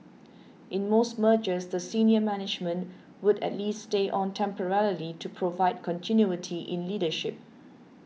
in most mergers the senior management would at least stay on temporarily to provide continuity in leadership